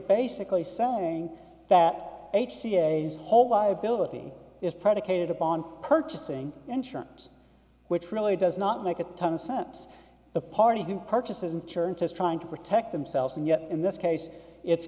basically saying that h c a is whole liability is predicated upon purchasing insurance which really does not make a ton of sense the party who purchases and churn test trying to protect themselves and yet in this case it's